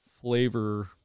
flavor